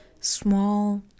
small